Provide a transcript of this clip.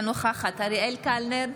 אינה נוכחת אריאל קלנר,